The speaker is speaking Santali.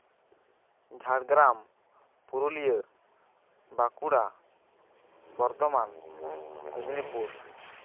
ᱡᱷᱟᱲᱜᱨᱟᱢ ᱯᱩᱨᱩᱞᱤᱭᱟᱹ ᱵᱟᱸᱠᱩᱲᱟ ᱵᱚᱨᱫᱷᱚᱢᱟᱱ ᱢᱮᱫᱽᱱᱤᱯᱩᱨ